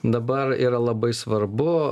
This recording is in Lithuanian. dabar yra labai svarbu